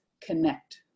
connect